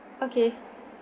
okay